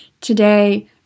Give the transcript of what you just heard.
today